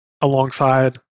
alongside